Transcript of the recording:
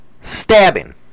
stabbing